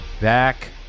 back